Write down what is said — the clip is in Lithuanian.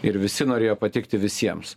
ir visi norėjo patikti visiems